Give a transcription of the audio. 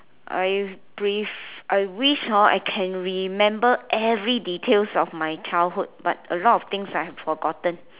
I brief~ I wish hor I can remember every details of my childhood but a lot of things I have forgotten